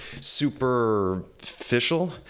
superficial